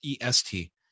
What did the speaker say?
EST